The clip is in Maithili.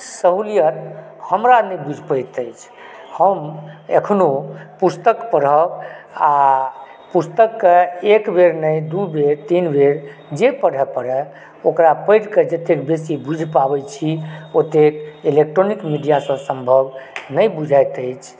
सहूलियत हमरा नहि बुझि पड़ैत अछि हम अखनो पुस्तक पढ़ब आ पुस्तकके एकबेर नही दूबेर तीन बेर जे पढ़ए पड़ैए ओकर पढ़िकऽ जतऽ बेसी बुझि पाबैत छी ओतेक इलेक्ट्रॉनिक मीडियासंँ सम्भव नहि बुझैत अछि